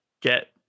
get